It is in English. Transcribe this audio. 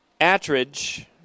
Attridge